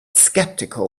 skeptical